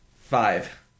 Five